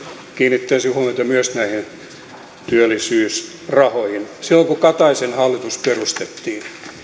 kiinnittäisin huomiota myös näihin työllisyysrahoihin silloin kun kataisen hallitus perustettiin